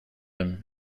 them